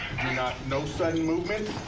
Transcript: do not. no sudden movements.